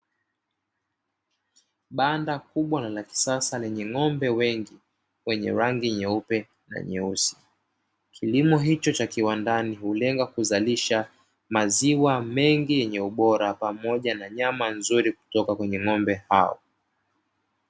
Banda kubwa la kisasa lenye ng'ombe wengi, wenye rangi nyeupe na nyeusi. Kilimo hicho cha kiwandani hulenga kuzalisha maziwa mengi yenye ubora pamoja na nyama nzuri kutoka kwenye ng'ombe hao.